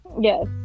Yes